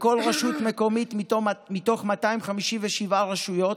בכל רשות מקומית, מתוך 257 רשויות,